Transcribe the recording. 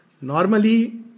Normally